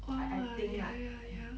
like I think like